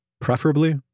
preferably